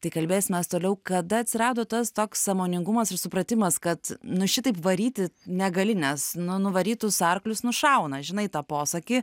tai kalbėsimės toliau kada atsirado tas toks sąmoningumas ir supratimas kad nu šitaip varyti negali nes nu nuvarytus arklius nušauna žinai tą posakį